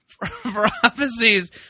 prophecies